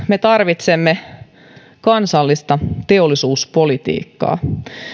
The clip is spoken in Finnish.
me tarvitsemme kansallista teollisuuspolitiikkaa